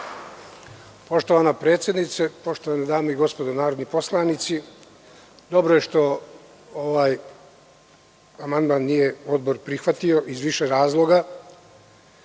Poštovana predsednice, poštovani dame i gospodo narodni poslanici, dobro je što ovaj amandman odbor nije prihvatio iz više razloga.